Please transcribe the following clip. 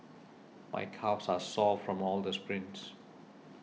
my calves are sore from all the sprints